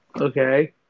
Okay